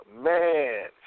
man